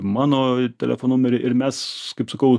mano telefo numerį ir mes kaip sakau